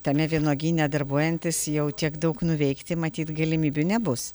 tame vynuogyne darbuojantis jau tiek daug nuveikti matyt galimybių nebus